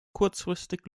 kurzfristig